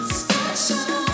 special